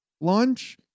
launch